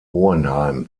hohenheim